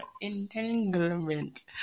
entanglement